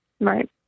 Right